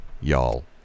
y'all